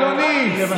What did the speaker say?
אדוני,